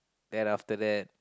then after that